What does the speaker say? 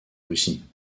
russie